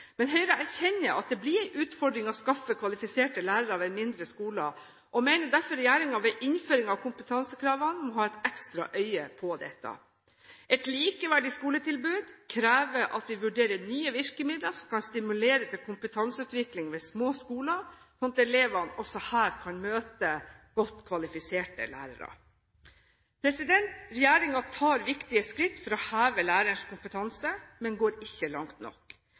Men Høyre erkjenner at det blir en utfordring å skaffe kvalifiserte lærere ved mindre skoler, og mener derfor regjeringen ved innføring av kompetansekravene må ha et ekstra øye på dette. Et likeverdig skoletilbud krever at vi vurderer nye virkemidler som kan stimulere til kompetanseutvikling ved små skoler, slik at elevene også her kan møte godt kvalifiserte lærere. Regjeringen tar viktige skritt for å heve lærerens kompetanse, men går ikke langt nok.